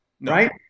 Right